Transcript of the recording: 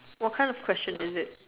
what kind of question is it